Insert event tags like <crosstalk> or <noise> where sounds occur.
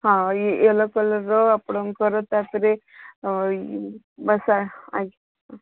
ହଁ ୟେଲୋ କଲର୍ର ଆପଣଙ୍କର ତାପରେ ବା <unintelligible> ଆଜ୍ଞା